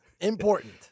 Important